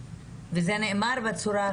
מעבר להתמודדות עם פוסט טראומה